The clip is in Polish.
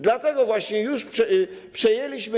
Dlatego właśnie przejęliśmy.